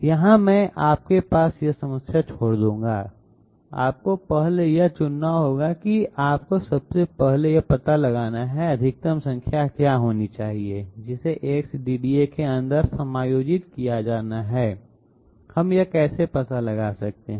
यहां मैं आपके पास समस्या छोड़ दूंगा आपको पहले यह चुनना होगा कि आपको सबसे पहले यह पता लगाना होगा कि अधिकतम संख्या क्या होनी चाहिए जिसे X DDA के अंदर समायोजित किया जाना है हम यह कैसे पता लगा सकते हैं